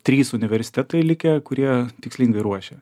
trys universitetai likę kurie tikslingai ruošia